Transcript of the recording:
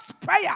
prayer